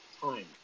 time